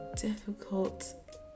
difficult